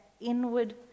inward